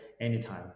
anytime